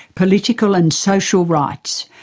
political and social rights,